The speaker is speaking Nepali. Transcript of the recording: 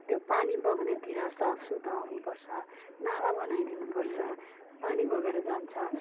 त्यो पानी बग्नेतिर साफ सुथरा हुनु पर्छ नाला बनाइदिनु पर्छ पानी बगेर जान्छ